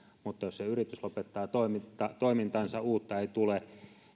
mutta jos se yritys lopettaa toimintansa ja uutta ei tule